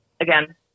Again